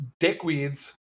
dickweeds